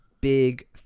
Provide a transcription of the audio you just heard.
big